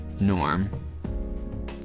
norm